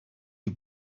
you